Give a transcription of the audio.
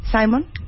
Simon